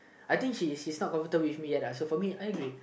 I think she she's not comfortable with me yet lah so for me I agree